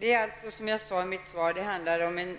Herr talman! Som jag sade i mitt svar handlar det om